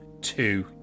two